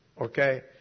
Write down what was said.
okay